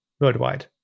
worldwide